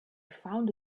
found